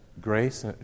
Grace